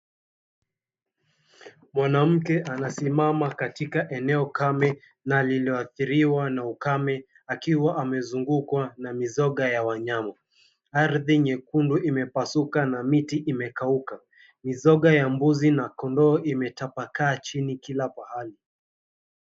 Mwanamke anasimama katika eneo kame na lililoathiriwa na ukame akiwa amezungukwa na mizoga ya wanyama. Ardhi nyekundu imepasuka na miti imekauka. Mizoga ya mbuzi na kondoo imetapakaa chini kila pahali.